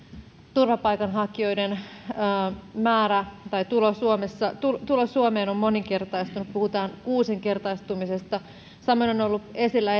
turvapaikanhakijoiden tulo suomeen on on moninkertaistunut puhutaan kuusinkertaistumisesta samoin on ollut esillä